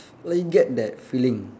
like you get that feeling